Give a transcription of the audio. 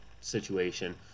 situation